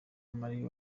marie